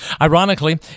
Ironically